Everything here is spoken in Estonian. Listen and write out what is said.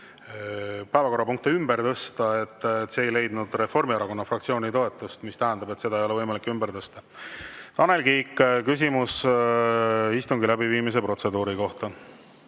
päevakorrapunkte ümber tõsta ei leidnud Reformierakonna fraktsiooni toetust, mis tähendab, et neid ei ole võimalik ümber tõsta. Tanel Kiik, küsimus istungi läbiviimise protseduuri kohta!